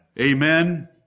Amen